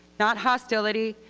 not hostility,